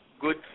good